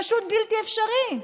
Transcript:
פשוט בלתי אפשרי.